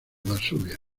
varsovia